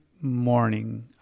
morning